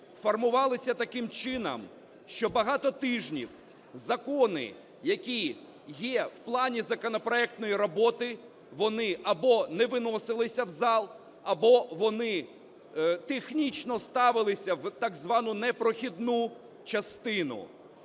формувалися таким чином, що багато тижнів закони, які є в плані законопроектної роботи, вони або не виносилися в зал, або вони технічно ставилися в так звану непрохідну частину